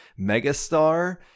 megastar